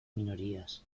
minorías